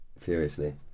furiously